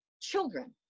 children